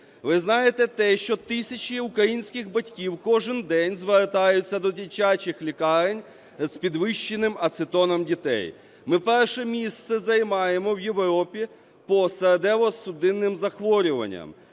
Ви знаєте те, що тисячі українських батьків кожен день звертаються до дитячих лікарень з підвищеним ацетоном дітей? Ми перше місце займаємо в Європі по серцево-судинним захворюванням!